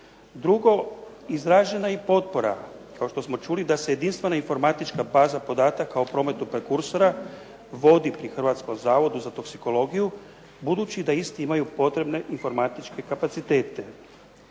Drugo, izražena je i potpora da se jedinstvena informatička baza podataka o prometu rekursora vodi pri Hrvatskom zavodu za toksikologiju budući da isti imaju potrebne informatičke kapacitete.